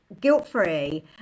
guilt-free